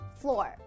floor